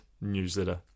newsletter